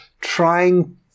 trying